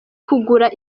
kugura